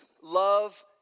love